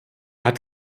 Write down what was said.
hat